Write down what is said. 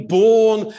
born